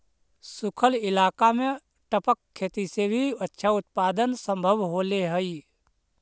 सूखल इलाका में टपक खेती से भी अच्छा उत्पादन सम्भव होले हइ